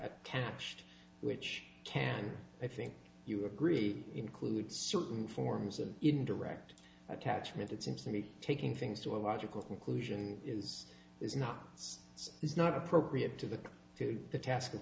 attached which can i think you agree includes certain forms of indirect attachment it seems to me taking things to a logical conclusion is it's not it's not appropriate to the to the task of